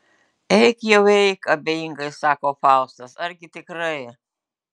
eik jau eik abejingai sako faustas argi tikrai